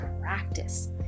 practice